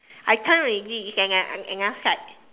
I turn already it's at at another side